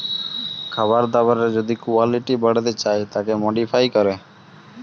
খাবার দাবারের যদি কুয়ালিটি বাড়াতে চায় তাকে মডিফাই ক্যরে